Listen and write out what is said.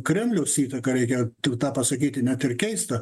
kremliaus įtaka reikia kaip tą pasakyti net ir keista